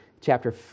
chapter